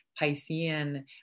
Piscean